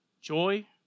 joy